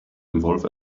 involve